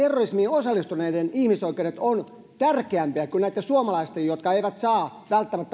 osallistuneiden ihmisoikeudet ovat tärkeämpiä kuin näitten suomalaisten jotka eivät aina välttämättä saa